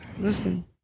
Listen